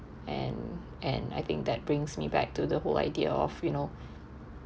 and and I think that brings me back to the whole idea of you know